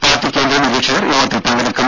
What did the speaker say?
party കേന്ദ്ര നിരീക്ഷകർ യോഗത്തിൽ പങ്കെടുക്കും